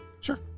Sure